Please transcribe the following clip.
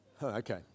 Okay